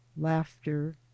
laughter